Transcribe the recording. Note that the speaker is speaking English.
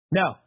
no